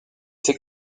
ses